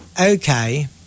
Okay